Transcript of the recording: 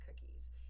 cookies